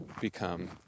become